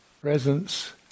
Presence